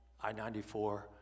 I-94